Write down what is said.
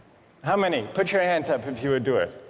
how many? put your hands up if you would do it.